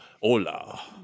hola